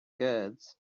goods